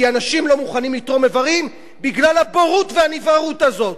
כי אנשים לא מוכנים לתרום איברים בגלל הבורות והנבערות הזאת.